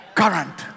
current